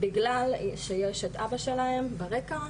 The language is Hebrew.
בגלל שיש את אבא שלהם ברקע,